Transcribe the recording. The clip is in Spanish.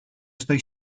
estoy